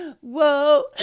whoa